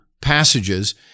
passages